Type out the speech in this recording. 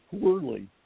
poorly